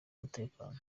umutekano